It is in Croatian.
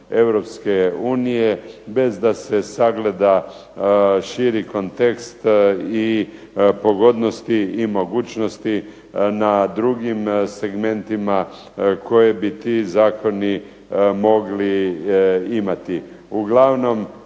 Europske unije, bez da se sagleda širi kontekst i pogodnosti i mogućnosti na drugim segmentima koje bi ti zakoni mogli imati.